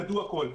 ידעו הכול.